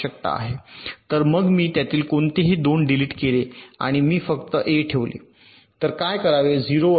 तर मग मी त्यातील कोणतेही 2 डिलीट केले आणि मी फक्त ए ठेवले तर काय करावे 0 वर अडकले